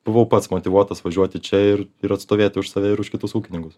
buvau pats motyvuotas važiuoti čia ir ir atstovėti už save ir už kitus ūkininkus